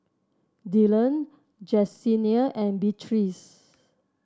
Dillon Jessenia and Beatrice